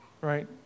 Right